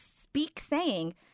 speak-saying